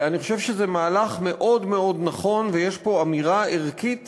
אני חושב שזה מהלך מאוד מאוד נכון ויש פה אמירה ערכית